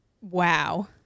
Wow